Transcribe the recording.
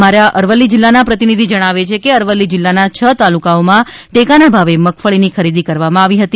અમારા અરવલ્લી જીલ્લાના પ્રતિનિધિ જણાવે છે કે અરવલ્લી જિલ્લાના છ તાલુકાઓમાં ટેકાના ભાવે મગફળીની ખરીદી કરવામાં આવી હતી